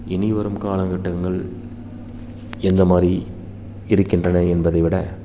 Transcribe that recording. இனி வரும் காலக்கட்டங்கள் எந்தமாதிரி இருக்கின்றன என்பதை விட